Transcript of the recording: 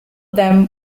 them